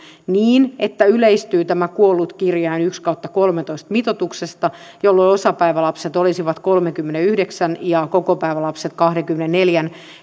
niin että yleistyy tämä kuollut kirjain yksi kautta kolmetoista mitoituksesta jolloin osapäivälapset olisivat kolmenkymmenenyhdeksän ja kokopäivälapset kahdenkymmenenneljän